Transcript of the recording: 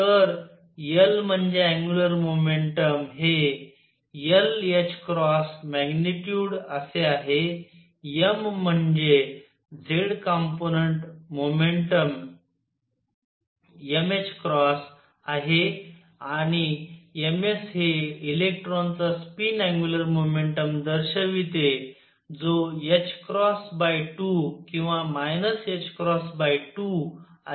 तर l म्हणजे angular momentum हे l मॅग्निट्युड असे आहे m म्हणजे z कंपोनंन्ट मोमेंटम m आहे आणि ms हे इलेक्ट्रॉनचा स्पिन अँग्युलर मोमेंटम दर्शविते जो 2 किंवा 2आहे